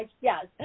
yes